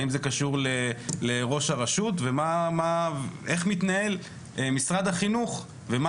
האם זה קשור לראש הרשות ואיך מתנהל משרד החינוך ומה